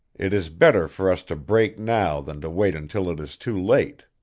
it is better for us to break now than to wait until it is too late.